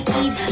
eat